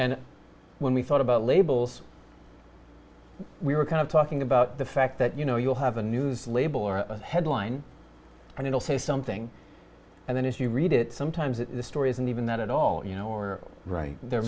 and when we thought about labels we were kind of talking about the fact that you know you'll have a news label or a headline and it'll say something and then if you read it sometimes it is the story isn't even that at all you know or right there